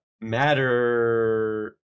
matter